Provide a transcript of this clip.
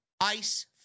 ice